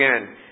again